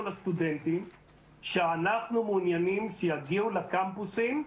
לסטודנטים שאנחנו מעוניינים שיגיעו לקמפוסים,